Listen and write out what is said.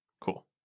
Cool